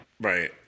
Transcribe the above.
Right